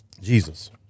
Jesus